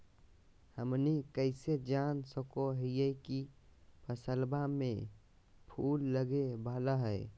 हमनी कइसे जान सको हीयइ की फसलबा में फूल लगे वाला हइ?